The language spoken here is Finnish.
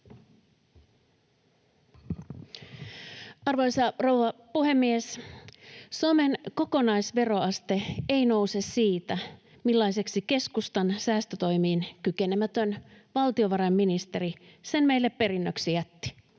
Arvoisa rouva puhemies! Suomen kokonaisveroaste ei nouse siitä, millaiseksi keskustan säästötoimiin kykenemätön valtiovarainministeri sen meille perinnöksi jätti.